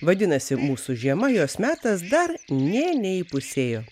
vadinasi mūsų žiema jos metas dar nė neįpusėjo